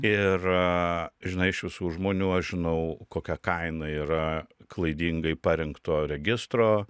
ir žinai iš visų žmonių aš žinau kokia kaina yra klaidingai parinkto registro